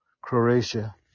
Croatia